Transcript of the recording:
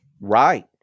Right